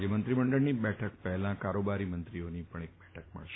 આજે મંત્રીમંડળની બેઠક પહેલાં કારોબારી મંત્રીઓની બેઠક પર મળશે